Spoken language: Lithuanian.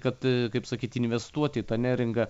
kad kaip sakyti investuoti į tą neringą